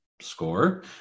score